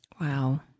Wow